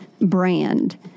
brand